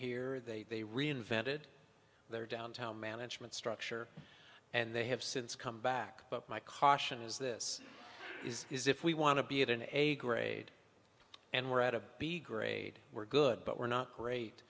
here they they reinvented their downtown management structure and they have since come back but my caution is this is if we want to be at an a grade and we're at a b grade we're good but we're not great